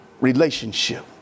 relationship